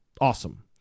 Awesome